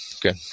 good